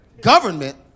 government